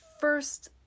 first